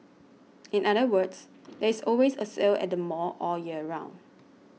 in other words there is always a sale at the mall all year round